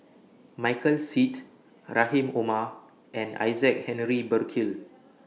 Michael Seet Rahim Omar and Isaac Henry Burkill